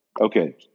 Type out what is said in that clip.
okay